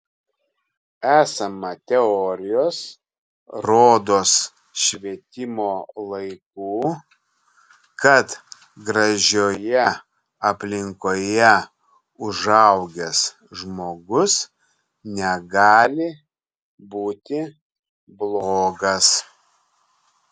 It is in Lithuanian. esama teorijos rodos švietimo laikų kad gražioje aplinkoje užaugęs žmogus negali būti blogas